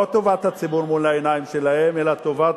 לא טובת הציבור מול העיניים שלהם אלא טובת,